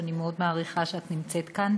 שאני מאוד מעריכה את זה שאת נמצאת כאן,